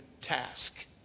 task